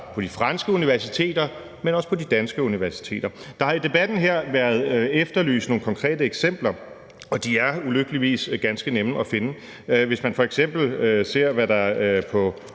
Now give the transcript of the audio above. på de franske universiteter, men også på de danske universiteter. Der har i debatten her været efterlyst nogle konkrete eksempler, og de er ulykkeligvis ganske nemme at finde. Hvis man f.eks. ser på, hvad der på